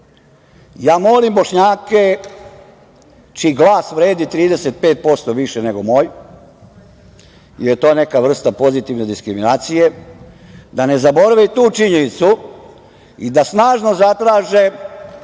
Molim Bošnjake čiji glas vredi 35% više nego moj, jer je to neka vrsta pozitivne diskriminacije, da ne zaborave i tu činjenicu i da snažno zatraže